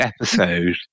episode